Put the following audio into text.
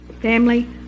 Family